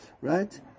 right